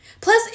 Plus